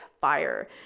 fire